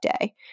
day